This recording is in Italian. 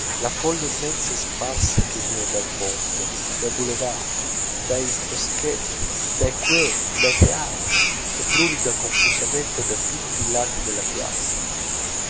la folla immensa e sparsa che viene dal ponte dai boulevards dai boschetti dai quais dai teatri e brulica confusamente da tutti i lati della piazza